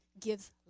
gives